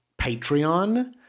Patreon